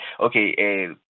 okay